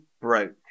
BROKE